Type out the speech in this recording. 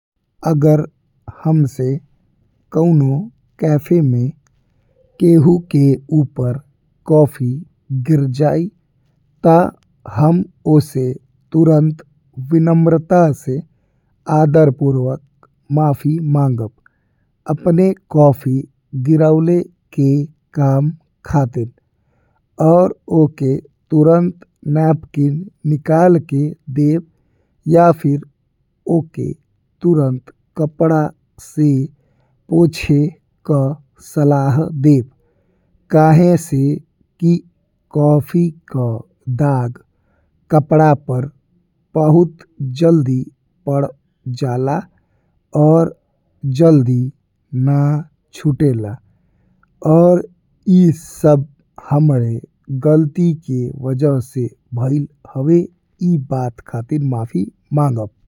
अगर हमसे कउनो कैफे में केहू के ऊपर कॉफी गिर जाई। ता जब हम ओकरा तुरन्त विनम्रता से आदरपूर्वक माफी मांगब अपने कॉफी गिरावे के काम खातिर और ओका तुरन्त नैपकिन निकाल के देब या फिर ओका तुरन्त कपड़ा से पोछे के सलाह देब। काहे से कि कॉफी के दाग कपड़ा पर बहुत जल्दी पड़ जाला और जल्दी ना छुटेला और ई सब हमार गलती के वजह से भइल हवे ई बात खातिर माफी मांगब।